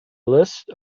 list